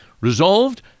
resolved